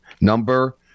number